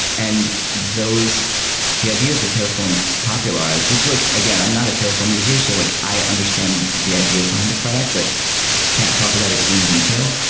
and the ideas that terraform popularized, which are like again, i'm not a terraform user, so like i understand the ideas behind the product but can't talk about it in detail.